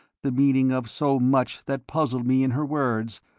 the meaning of so much that puzzled me in her words,